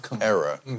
era